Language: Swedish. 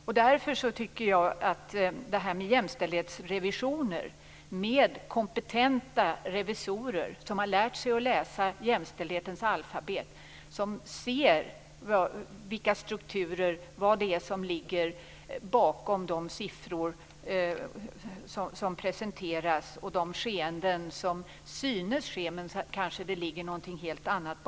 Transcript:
Jag tycker därför att det är bra med jämställdhetsrevisioner med kompetenta revisorer, som har lärt sig läsa jämställdhetens alfabet och lärt sig att se vad som ligger bakom de siffror som presenteras och det som synes ske men kanske döljer något helt annat.